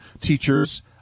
teachers